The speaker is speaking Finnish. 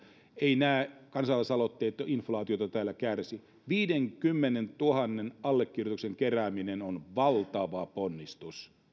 eivät nämä kansalaisaloitteet inflaatiota täällä kärsi viidenkymmenentuhannen allekirjoituksen kerääminen on valtava ponnistus